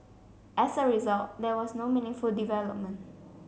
as a result there was no meaningful development